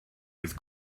with